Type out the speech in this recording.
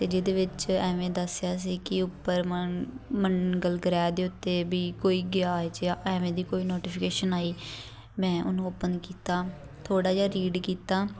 ਅਤੇ ਜਿਹਦੇ ਵਿੱਚ ਐਵੇਂ ਦੱਸਿਆ ਸੀ ਕਿ ਉੱਪਰ ਮੰ ਮੰਗਲ ਗ੍ਰਹਿ ਦੇ ਉੱਤੇ ਵੀ ਕੋਈ ਗਿਆ ਜਾਂ ਐਵੇਂ ਦੀ ਕੋਈ ਨੋਟੀਫਿਕੇਸ਼ਨ ਆਈ ਮੈਂ ਉਹਨੂੰ ਓਪਨ ਕੀਤਾ ਥੋੜ੍ਹਾ ਜਿਹਾ ਰੀਡ ਕੀਤਾ